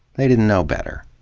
they didn't know better.